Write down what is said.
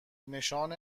نشان